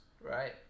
right